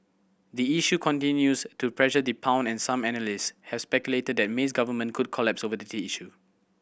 the issue continues to pressure the pound and some analyst have speculated that May's government could collapse over the issue